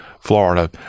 florida